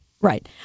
Right